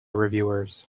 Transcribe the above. reviewers